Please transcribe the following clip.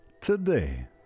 today